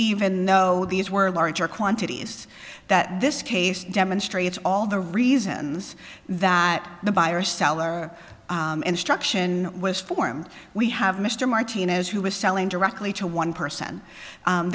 even though these were larger quantities that this case demonstrates all the reasons that the buyer seller instruction was formed we have mr martinez who was selling directly to one person